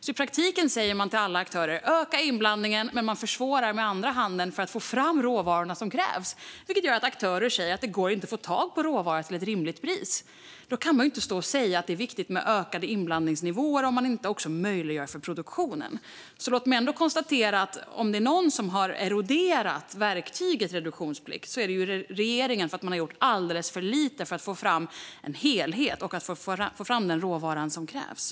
I praktiken säger man alltså till alla aktörer att de ska öka inblandningen medan man med andra handen försvårar produktionen av de råvaror som krävs. Det gör att aktörer säger att det inte går att få tag på råvaror till ett rimligt pris. Man kan inte stå och säga att det är viktigt med ökade inblandningsnivåer om man inte också möjliggör produktionen. Låt mig alltså konstatera följande: Om det är någon som har eroderat verktyget reduktionsplikt är det regeringen, eftersom man har gjort alldeles för lite för att få fram en helhet och få fram den råvara som krävs.